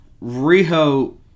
Rio